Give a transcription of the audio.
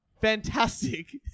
fantastic